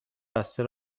بسته